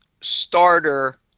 starter